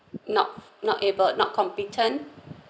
not not able not competent